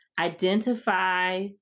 identify